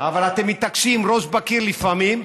אבל אתם מתעקשים, ראש בקיר לפעמים.